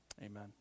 Amen